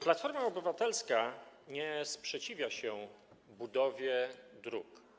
Platforma Obywatelska nie sprzeciwia się budowie dróg.